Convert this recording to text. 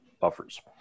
buffers